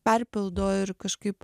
perpildo ir kažkaip